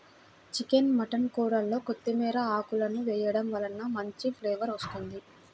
chicken mutton కూరల్లో కొత్తిమీర ఆకులను వేయడం వలన మంచి ఫ్లేవర్ వస్తుంది